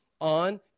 on